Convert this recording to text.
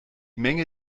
menge